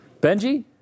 Benji